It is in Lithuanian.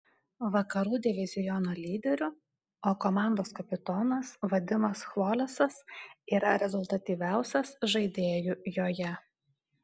vakarų diviziono lyderiu o komandos kapitonas vadimas chvolesas yra rezultatyviausias žaidėju joje